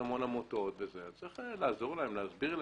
המון עמותות וכולי אז צריך לעזור להם ולהסביר להם.